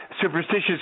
superstitious